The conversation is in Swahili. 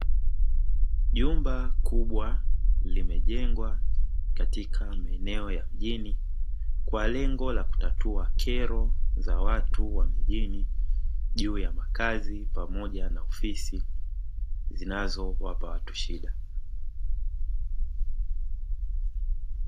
Jumba kubwa limejengwa katika maeneo ya mjini kwa lengo la kutatua kero za watu wa mijini, juu ya makazi pamoja na ofisi zinazowapa watu shida.